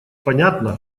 понятно